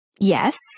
Yes